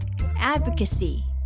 advocacy